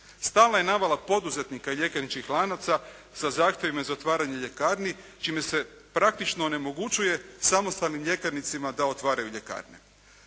Stalna je navala poduzetnika i ljekarničkih lanaca sa zahtjevima za otvaranje ljekarni čime se praktično onemogućuje samostalnim ljekarnicima da otvaraju ljekarne.